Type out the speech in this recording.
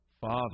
Father